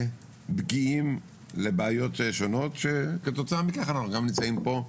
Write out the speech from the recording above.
פגיעים לבעיות שונות שכתוצאה מכך אנחנו נמצאים פה.